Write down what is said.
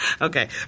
Okay